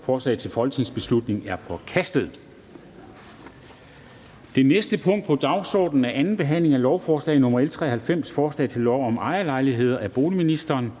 Forslaget til folketingsbeslutning er forkastet. --- Det næste punkt på dagsordenen er: 18) 2. behandling af lovforslag nr. L 93: Forslag til lov om ejerlejligheder. Af boligministeren